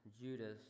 Judas